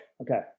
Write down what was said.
Okay